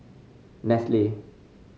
Nestle